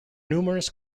numerous